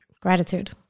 gratitude